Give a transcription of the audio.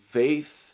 faith